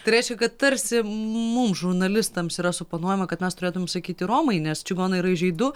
tai reiškia kad tarsi mum žurnalistams yra suponuojama kad mes turėtum sakyti romai nes čigonai yra įžeidu